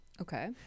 Okay